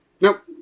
nope